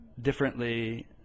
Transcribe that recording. differently